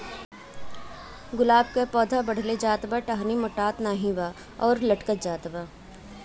गुलाब क पौधा बढ़ले जात बा टहनी मोटात नाहीं बा ऊपर से लटक जात बा?